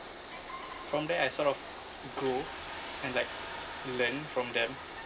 from there I sort of grow and like learn from them